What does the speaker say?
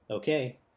okay